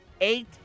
eight